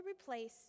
replace